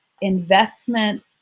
investment